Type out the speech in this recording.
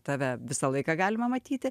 tave visą laiką galima matyti